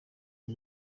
iyi